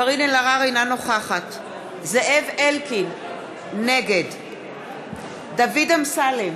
אינה נוכחת זאב אלקין, נגד דוד אמסלם,